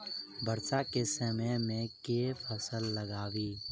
वर्षा केँ समय मे केँ फसल लगाबी?